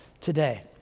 today